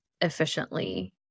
efficiently